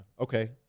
Okay